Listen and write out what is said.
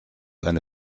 eine